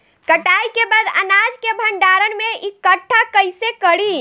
कटाई के बाद अनाज के भंडारण में इकठ्ठा कइसे करी?